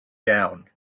down